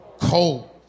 cold